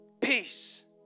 peace